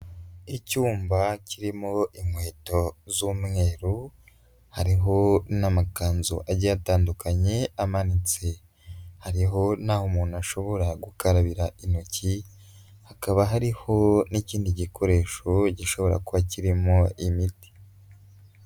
Icyumba kirimo inkweto z'umweru, hariho n'amakanzu agiye atandukanye amanitse, hariho n'aho umuntu ashobora gukarabira intoki, hakaba hariho n'ikindi gikoresho gishobora kuba kirimo imiti.